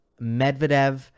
Medvedev